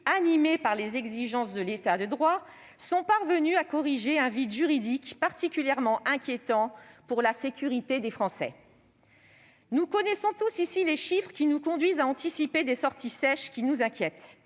animés par les exigences de l'État de droit, sont parvenus à corriger un vide juridique particulièrement inquiétant pour la sécurité des Français. Nous connaissons tous ici les chiffres qui nous conduisent à anticiper des sorties « sèches » qui nous inquiètent,